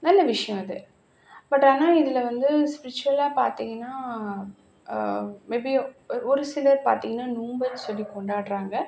நல்ல விஷயம் அது பட் ஆனால் இதில் வந்து ஸ்ப்ரிச்சுவலாக பார்த்தீங்கன்னா மே பி ஒருசிலர் பார்த்தீங்கன்னா நோம்பு சொல்லி கொண்டாடுறாங்க